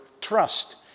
trust